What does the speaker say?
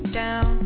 down